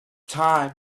time